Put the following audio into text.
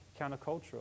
countercultural